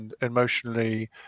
emotionally